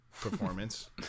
performance